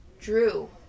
drew